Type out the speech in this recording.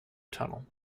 tunnel